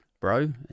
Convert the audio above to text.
bro